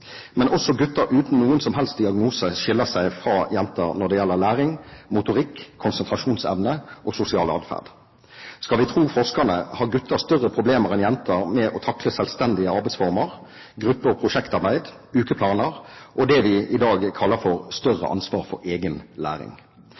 Men også gutter uten noen som helst diagnose skiller seg fra jenter når det gjelder læring, motorikk, konsentrasjonsevne og sosial adferd. Skal vi tro forskerne, har gutter større problemer enn jenter med å takle selvstendige arbeidsformer, gruppe- og prosjektarbeid, ukeplaner og det vi i dag kaller for